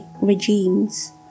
regimes